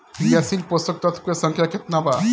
क्रियाशील पोषक तत्व के संख्या कितना बा?